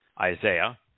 Isaiah